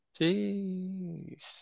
Jeez